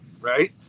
right